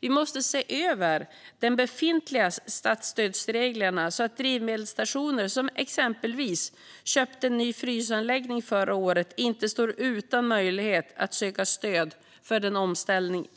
Vi måste se över befintliga statsstödsregler så att drivmedelsstationer som exempelvis köpte ny frysanläggning förra året inte står utan möjlighet att söka stöd för den omställning